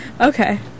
Okay